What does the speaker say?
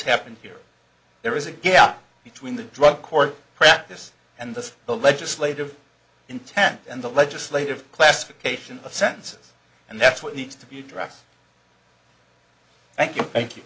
happened here there is a gap between the drug court practice and that's the legislative intent and the legislative classification of sentences and that's what needs to be addressed thank you thank you